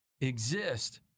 exist